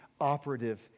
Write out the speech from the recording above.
operative